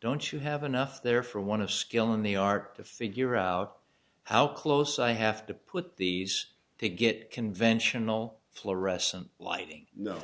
don't you have enough there for one of skill in the art to figure out how close i have to put these to get conventional fluorescent lighting kno